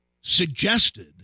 suggested